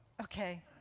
Okay